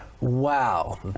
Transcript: Wow